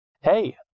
Hey